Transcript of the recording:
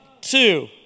two